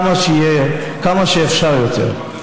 כמה שאפשר יותר.